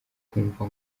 ukumva